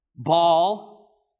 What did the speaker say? ball